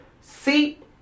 seat